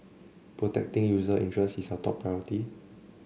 protecting user interests is our top priority